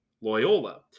Loyola